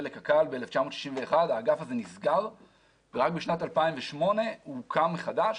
לקרן קיימת לישראל ב-1961 האגף הזה נסגר ורק בשנת 2008 הוא הוקם מחדש